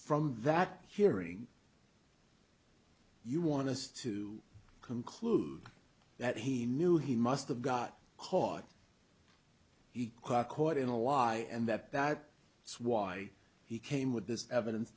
from that hearing you want us to conclude that he knew he must have got caught he quote caught in a lie and that that that's why he came with this evidence